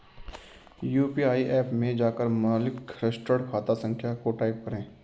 UPI app में जाकर मालिक के रजिस्टर्ड खाता संख्या को टाईप करें